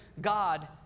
God